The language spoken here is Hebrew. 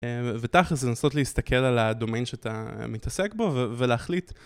ותכלס לנסות להסתכל על הדומיין שאתה מתעסק בו ולהחליט.